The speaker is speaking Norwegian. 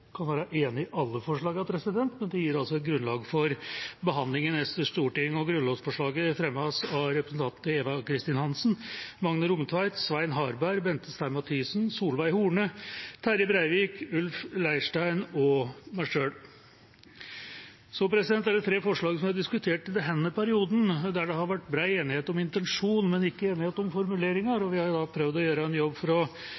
kan være enig i alle forslagene, men det gir et grunnlag for behandling i neste storting. Grunnlovsforslaget fremmes av representanten Eva Kristin Hansen, Magne Rommetveit, Svein Harberg, Bente Stein Mathisen, Solveig Horne, Terje Breivik, Ulf Leirstein og meg selv. Så er det tre forslag som er diskutert i denne perioden, der det har vært bred enighet om intensjonen, men ikke enighet om formuleringer. Vi har da prøvd å